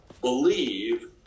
Believe